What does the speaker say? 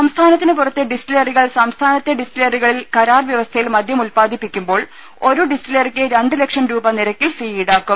സംസ്ഥാനത്തിനു പുറത്തെ ഡിസ്റ്റിലറികൾ സംസ്ഥാനത്തെ ഡിസ്റ്റിലറികളിൽ കരാർ വ്യവസ്ഥയിൽ മദ്യം ഉത്പാദിപ്പിക്കു മ്പോൾ ഒരു ഡിസ്റ്റിലറിക്ക് രണ്ട് ലക്ഷം രൂപ നിരക്കിൽ ഫീ ഈടാക്കും